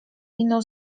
inną